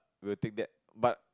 will take that but